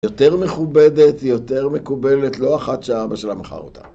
היא יותר מכובדת, היא יותר מקובלת, לא אחת שאבא שלה מכר אותה.